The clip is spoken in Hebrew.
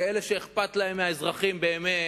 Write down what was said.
ואלה שאכפת להם מהאזרחים באמת